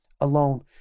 alone